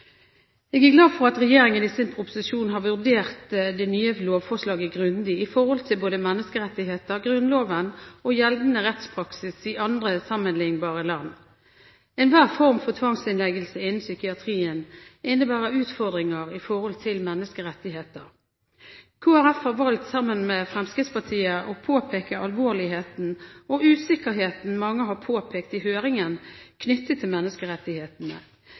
Jeg er glad for at regjeringen i sin proposisjon har vurdert det nye lovforslaget grundig i forhold til både menneskerettigheter, Grunnloven og gjeldende rettspraksis i andre, sammenliknbare land. Enhver form for tvangsinnleggelse innen psykiatrien innebærer utfordringer i forhold til menneskerettigheter. Kristelig Folkeparti har sammen med Fremskrittspartiet valgt å påpeke alvoret og usikkerheten som mange har påpekt i høringen, knyttet til menneskerettighetene.